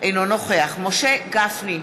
אינו נוכח משה גפני,